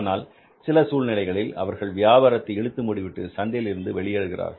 ஆனால் சில சூழ்நிலைகளில் அவர்கள் வியாபாரத்தை இழுத்து மூடிவிட்டு சந்தையிலிருந்து வெளியேறுகிறார்கள்